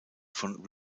von